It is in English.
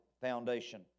foundation